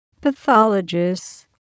pathologists